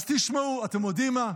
אז תשמעו, אתם יודעים מה?